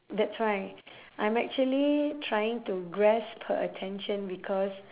that's why I'm actually trying to grasp her attention because